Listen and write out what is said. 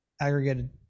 aggregated